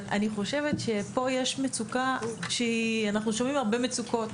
אנחנו שומעים הרבה מצוקות,